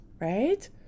right